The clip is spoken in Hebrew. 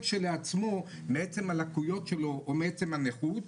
כשלעצמו מעצם הלקויות שלו או מעצם הנכות.